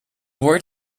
word